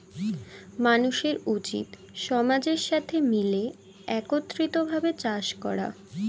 মানুষের উচিত সমাজের সাথে মিলে একত্রিত ভাবে চাষ করা